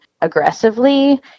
aggressively